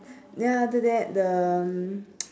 then after that the